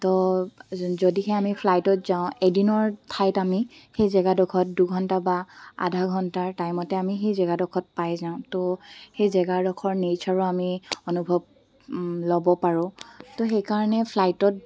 তো যদিহে আমি ফ্লাইটত যাওঁ এদিনৰ ঠাইত আমি সেই জেগাডোখৰত দুঘণ্টা বা আধা ঘণ্টাৰ টাইমতে আমি সেই জেগাডোখৰত পাই যাওঁ তো সেই জেগাডোখৰৰ নেচাৰো আমি অনুভৱ ল'ব পাৰোঁ তো সেইকাৰণে ফ্লাইটত